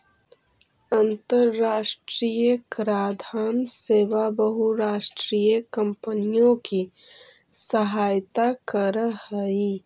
अन्तराष्ट्रिय कराधान सेवा बहुराष्ट्रीय कॉम्पनियों की सहायता करअ हई